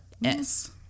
Yes